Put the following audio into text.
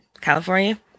California